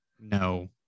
no